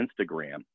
Instagram